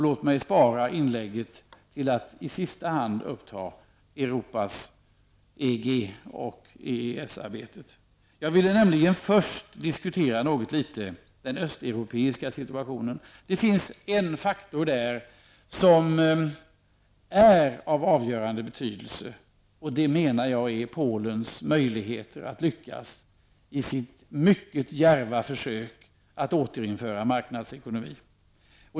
Låt mig i sista hand ta upp Europas EG och EES-samarbetet. Jag vill först diskutera något litet den öuropeiska situationen. Det finns en faktor där som är av avgörande betydelse. Det är Polens möjligheter att lyckas i sitt mycket djärva försök att återinföra marknadsekonomi.